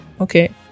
Okay